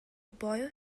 boiled